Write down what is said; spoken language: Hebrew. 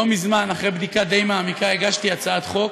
לא מזמן, אחרי בדיקה די מעמיקה, הגשתי הצעת חוק